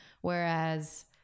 Whereas